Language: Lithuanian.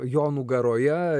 jo nugaroje